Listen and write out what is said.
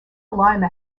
lima